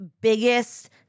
biggest